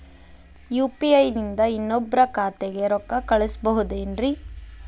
UPI ನಿಂದ ಇನ್ನೊಬ್ರ ಖಾತೆಗೆ ರೊಕ್ಕ ಕಳ್ಸಬಹುದೇನ್ರಿ?